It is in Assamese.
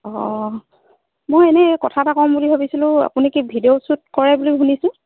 অ' মই এনেই কথা এটা ক'ম বুলি ভাবিছিলো আপুনি কি ভিডিঅ' শ্বুট কৰে বুলি শুনিছোঁ